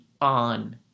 on